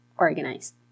organized